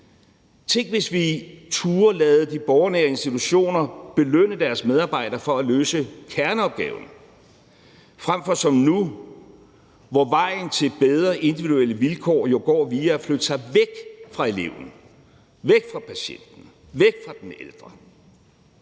Tænk, hvis vi turde lade de borgernære institutioner belønne deres medarbejdere for at løse kerneopgaven frem for som nu, hvor vejen til bedre individuelle vilkår jo går via at flytte sig væk fra eleven, væk fra patienten, væk fra den ældre.